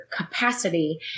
capacity